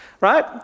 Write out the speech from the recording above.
right